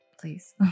please